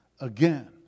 again